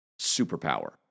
superpower